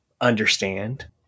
understand